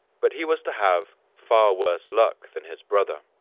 but he was to have far worse luck than his brother.